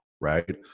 right